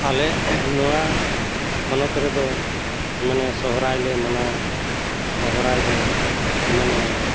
ᱟᱞᱮ ᱱᱚᱣᱟ ᱯᱚᱱᱚᱛ ᱨᱮᱫᱚ ᱢᱟᱱᱮ ᱥᱚᱦᱚᱨᱟᱭᱞᱮ ᱢᱟᱱᱟᱣᱟ ᱥᱚᱦᱚᱨᱟᱭ ᱫᱚ ᱢᱟᱱᱮ